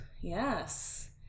Yes